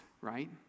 right